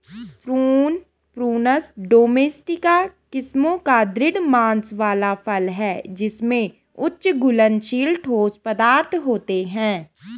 prune, prunus domestica किस्मों का दृढ़ मांस वाला फल है जिसमें उच्च घुलनशील ठोस पदार्थ होते हैं